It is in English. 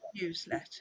newsletter